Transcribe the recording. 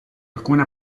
alcune